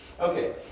Okay